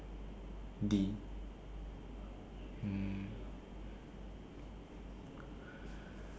D mm